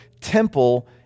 temple